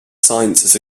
sciences